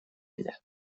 ella